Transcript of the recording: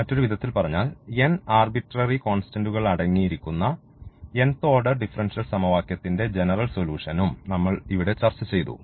മറ്റൊരു വിധത്തിൽ പറഞ്ഞാൽ n ആർബിട്രറി കോൺസ്റ്റന്റുകൾ അടങ്ങിയിരിക്കുന്ന nth ഓർഡർ ഡിഫറൻഷ്യൽ സമവാക്യത്തിന്റെ ജനറൽ സൊലൂഷൻഉം നമ്മൾ ഇവിടെ ചർച്ചചെയ്തു